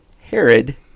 Herod